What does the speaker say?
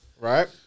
right